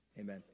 Amen